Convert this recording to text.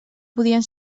podien